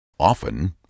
Often